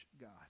God